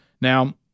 Now